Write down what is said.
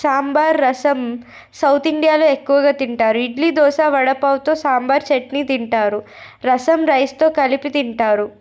sambar rasam south ఇండియాలో ఎక్కువగా తింటారు ఇడ్లీ దోశ వడపావ్తో సాంబార్ చట్నీ తింటారు రసం రైస్తో కలిపి తింటారు